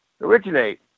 originate